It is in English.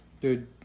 Dude